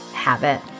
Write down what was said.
habit